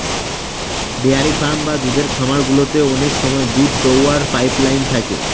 dairy farm বা দুধের খামার গুলোতে অনেক সময় দুধ দোওয়ার পাইপ লাইন থাকে